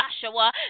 joshua